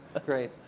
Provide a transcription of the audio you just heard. that's great.